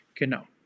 Genau